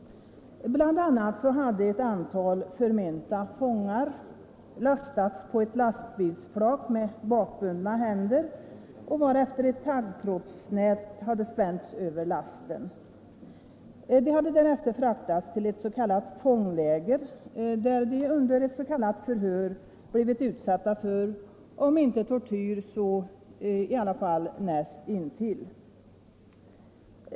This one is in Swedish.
BI. a. hade ett antal förmenta fångar med bakbundna händer lastats på ett lastbilsflak, varefter ett taggtrådsnät hade spänts över lasten. De hade därefter fraktats till ett ”fångläger”, där de under ett ”förhör” hade blivit utsatta för om inte tortyr så i varje fall näst intill.